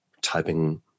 typing